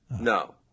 no